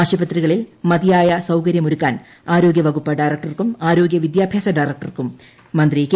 ആശുപത്രികളിൽ മതിയായ സൌകര്യമൊരുക്കാൻ ആരോഗ്യ വകുപ്പ് ഡയറക്ടർക്കും ആരോഗ്യ വിദ്യാഭ്യാസ ഡയറക്ടർക്കും മന്ത്രി കെ